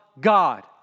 God